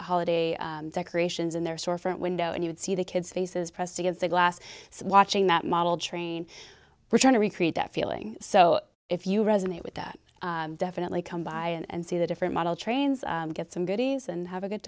holiday decorations in their store front window and you'd see the kids faces pressed against the glass so watching that model train we're trying to recreate that feeling so if you resonate with that definitely come by and see the different model trains get some goodies and have a good